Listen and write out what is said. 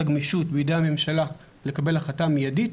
הגמישות בידי הממשלה לקבל החלטה מיידית,